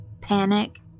panic